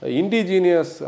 indigenous